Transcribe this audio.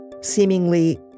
seemingly